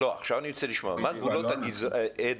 עדן,